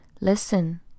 Listen